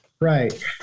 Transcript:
right